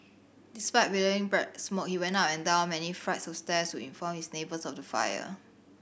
despite billowing black smoke he went up and down many flights of stairs to inform his neighbours of the fire